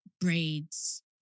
braids